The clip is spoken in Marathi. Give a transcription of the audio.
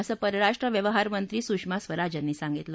असं परराष्ट्र व्यवहार मंत्री सुषमा स्वराज यांनी सांगितलं